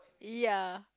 ya